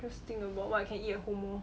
just think about what can eat at home lor